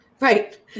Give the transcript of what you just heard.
right